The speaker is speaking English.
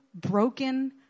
broken